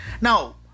Now